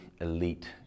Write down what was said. elite